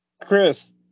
Chris